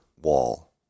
wall